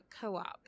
Co-op